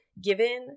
given